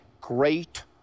great